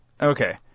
Okay